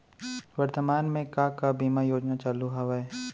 वर्तमान में का का बीमा योजना चालू हवये